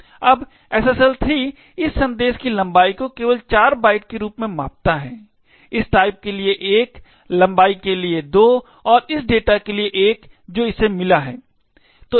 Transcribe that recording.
अब SSL 3 इस संदेश की लंबाई को केवल 4 बाइट के रूप में मापता है इस टाइप के लिए 1 लंबाई के लिए 2 और इस डेटा के लिए 1 जो इसे मिला है